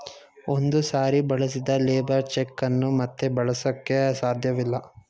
ಒಂದು ಸಾರಿ ಬಳಸಿದ ಲೇಬರ್ ಚೆಕ್ ಅನ್ನು ಮತ್ತೆ ಬಳಸಕೆ ಸಾಧ್ಯವಿಲ್ಲ